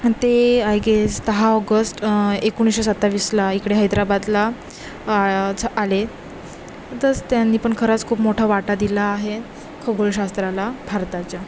आणि ते I guess दहा ऑगस्ट एकोणीसशे सत्तावीसला इकडे हैदराबादला च आले तसंच त्यांनी पण खराच खूप मोठा वाटा दिला आहे खगोलशास्त्राला भारताच्या